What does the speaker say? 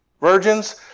virgins